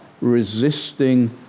resisting